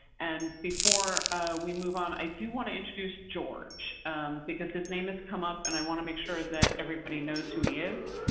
and before we move on, i do want to introduce george because his name has come up and i want to make sure that everybody knows who he is.